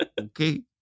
Okay